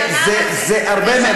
לא, זאת ההתחלה.